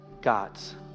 God's